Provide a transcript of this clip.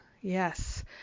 Yes